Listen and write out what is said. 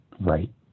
Right